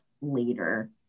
later